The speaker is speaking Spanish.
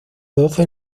doce